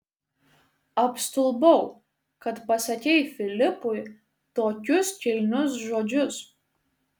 apstulbau kad pasakei filipui tokius kilnius žodžius